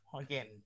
again